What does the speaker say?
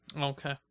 Okay